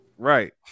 Right